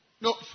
No